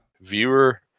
viewer